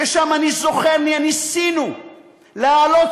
ששם אני זוכר שניסינו להעלות,